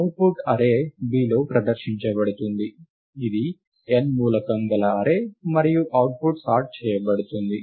output array Bలో ప్రదర్శించబడుతుంది ఇది n మూలకం గల అర్రే మరియు అవుట్పుట్ సార్ట్ చేయబడుతుంది